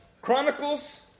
Chronicles